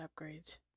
upgrades